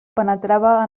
penetrava